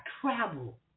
travel